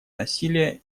насилие